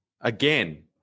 again